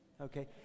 Okay